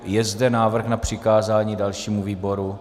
Je zde návrh na přikázání dalšímu výboru?